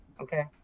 Okay